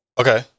Okay